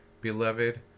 Beloved